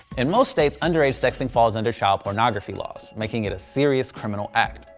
in most states, underage sexting falls under child pornography laws. making it a serious criminal act.